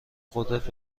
قدرت